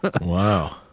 Wow